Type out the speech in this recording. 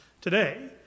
today